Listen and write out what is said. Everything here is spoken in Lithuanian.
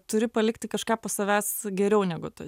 turi palikti kažką po savęs geriau negu tu